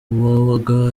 uwabaga